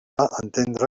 entendre